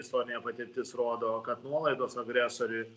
istorinė patirtis rodo kad nuolaidos agresoriui